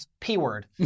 P-Word